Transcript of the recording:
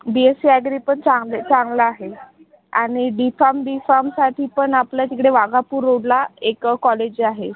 बी SC agri पण चांग चांगलं आहे आणि डी फार्म बी फार्मसाठी पण आपल्या तिकडे वाघापूर रोडला एक कॉलेज आहे